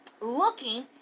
looking